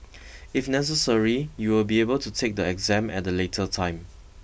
if necessary you will be able to take the exam at a later time